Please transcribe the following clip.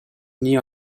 nie